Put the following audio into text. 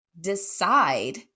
decide